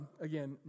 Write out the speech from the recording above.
Again